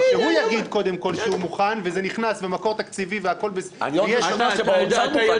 שהוא יגיד קודם כל שהוא מוכן וזה נכנס במקור תקציבי.